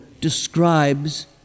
describes